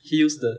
he use the